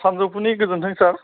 सानजौफुनि गोजोन्थों सार